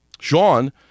Sean